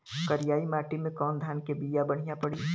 करियाई माटी मे कवन धान के बिया बढ़ियां पड़ी?